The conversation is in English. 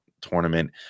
tournament